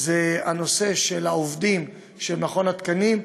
זה הנושא של העובדים של מכון התקנים.